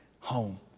home